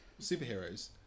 superheroes